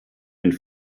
and